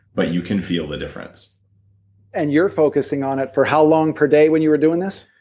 but you can feel the difference and you're focusing on it for how long per day when you were doing this?